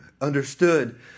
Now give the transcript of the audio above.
understood